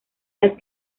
las